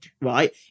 right